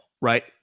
right